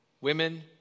women